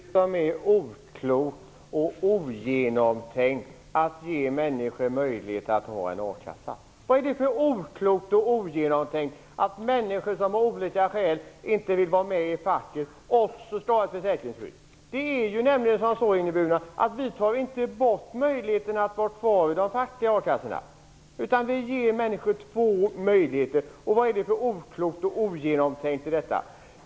Herr talman! Vad är det för oklokt och ogenomtänkt i att ge människor möjlighet till a-kassa? Vad är det för oklokt och ogenomtänkt i att också människor som av olika skäl inte vill vara med i facket skall ha ett försäkringsskydd? Ingrid Burman, vi tar inte bort möjligheten att vara kvar i de fackliga a-kassorna, utan vi ger människor två möjligheter. Vad är det för oklokt och ogenomtänkt i det?